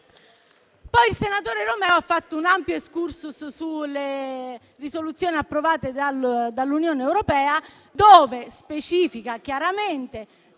Il senatore Romeo ha fatto un ampio *excursus* sulle risoluzioni approvate dall'Unione europea, in cui specifica chiaramente